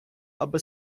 аби